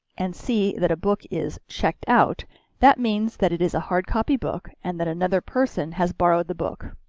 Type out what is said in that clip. and see that a book is checked out that means that it is a hardcopy book and that another person has borrowed the book.